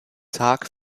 tag